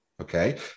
Okay